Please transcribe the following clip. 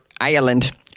Ireland